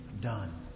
done